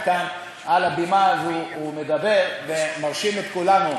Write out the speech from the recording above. כאן על הבימה הזאת ומדבר ומרשים את כולנו.